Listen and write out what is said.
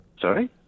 Sorry